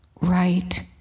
right